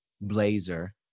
blazer